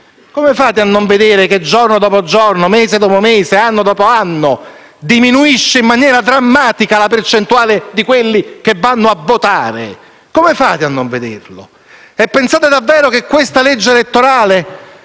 Come fate a non vedere che giorno dopo giorno, mese dopo mese, anno dopo anno diminuisce in maniera drammatica la percentuale dei cittadini che vanno a votare? Come fate a non vederlo? Questa legge elettorale,